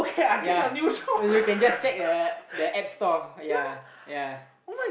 yea you can just check the the App Store yea yea